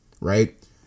right